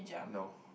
no